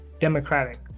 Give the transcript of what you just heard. democratic